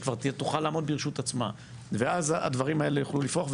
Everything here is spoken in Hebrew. היא כבר תוכל לעמוד ברשות עצמה והדברים האלה יוכלו לפרוח.